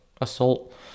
assault